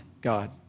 God